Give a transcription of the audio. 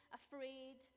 afraid